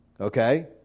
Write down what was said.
Okay